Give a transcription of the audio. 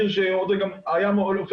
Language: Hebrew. זה נחמד ויפה,